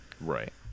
right